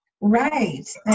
Right